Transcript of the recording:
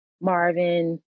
Marvin